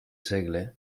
segle